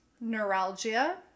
neuralgia